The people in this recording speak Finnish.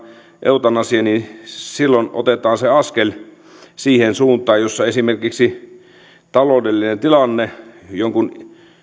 eutanasia niin silloin otetaan askel siihen suuntaan jossa esimerkiksi taloudellinen tilanne tai jonkun